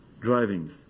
driving